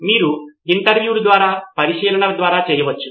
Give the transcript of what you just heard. మీరు ఇంటర్వ్యూల ద్వారా పరిశీలనల ద్వారా చేయవచ్చు